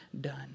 done